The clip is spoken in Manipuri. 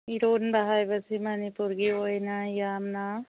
ꯏꯔꯣꯟꯕ ꯍꯥꯏꯕꯁꯤ ꯃꯅꯤꯄꯨꯔꯒꯤ ꯑꯣꯏꯅ ꯌꯥꯝꯅ